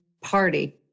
Party